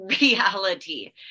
reality